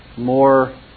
more